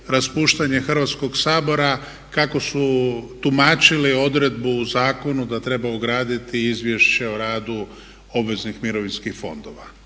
raspuštanje Hrvatskog sabora kako su tumačili odredbu u zakonu da treba ugraditi izvješće o radu obveznih mirovinskih fondova.